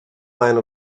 line